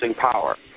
power